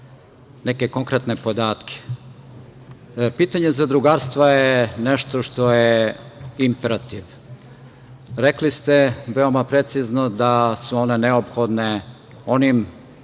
neke konkretne podatke. Pitanje zadrugarstva je nešto što je imperativ. Rekli ste veoma precizno da su oni neophodni, onim